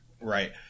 Right